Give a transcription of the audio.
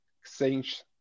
exchange